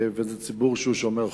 וזה ציבור שהוא שומר חוק.